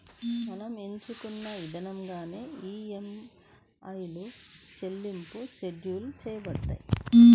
మనం ఎంచుకున్న ఇదంగానే ఈఎంఐల చెల్లింపులు షెడ్యూల్ చేయబడతాయి